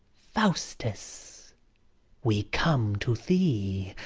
faustus we come to thee,